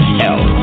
hell